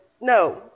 no